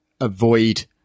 avoid